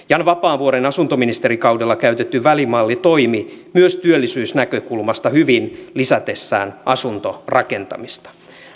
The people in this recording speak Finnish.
jan vapaavuoren asuntoministerikaudella käytetty välimalli toimi myös työllisyysnäkökulmasta hyvin lisätessään asuntorakentamista